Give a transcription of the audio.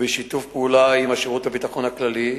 ובשיתוף פעולה עם שירות הביטחון הכללי,